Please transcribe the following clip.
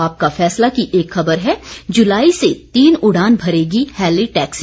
आपका फैसला की एक खबर है जुलाई से तीन उड़ान भरेगी हेली टैक्सी